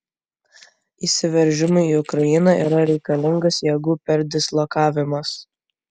įsiveržimui į ukrainą yra reikalingas jėgų perdislokavimas